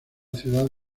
ciudad